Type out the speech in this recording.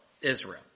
Israel